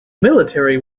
military